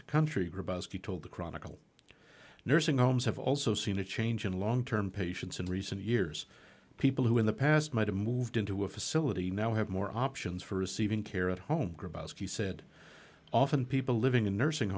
the country he told the chronicle nursing homes have also seen a change in long term patients in recent years people who in the past might have moved into a facility now have more options for receiving care at home grabowski said often people living in nursing